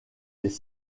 les